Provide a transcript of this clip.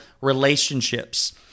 relationships